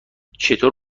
چطور